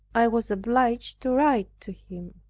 i was obliged to write to him.